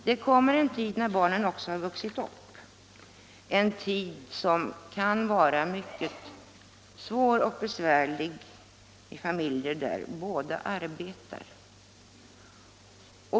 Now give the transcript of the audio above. Det kommer en tid när barnen har vuxit upp, en tid som kan vara mycket svår och besvärlig i familjer där båda arbetar.